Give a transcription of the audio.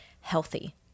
healthy